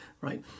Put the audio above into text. right